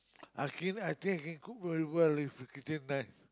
I think I think I can cook very well if the kitchen nice